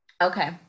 okay